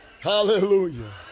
hallelujah